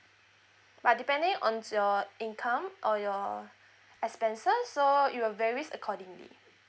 but depending on your income or your expenses so it will varies accordingly